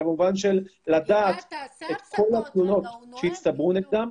במובן של לדעת את כל התלונות שהצטברו נגדם.